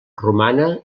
romana